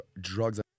drugs